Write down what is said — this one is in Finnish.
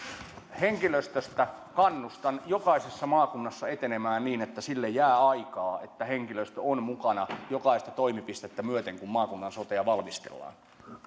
henkilöstöstä kannustan jokaisessa maakunnassa etenemään niin että sille jää aikaa että henkilöstö on mukana jokaista toimipistettä myöten kun maakunnan sotea valmistellaan